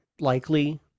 likely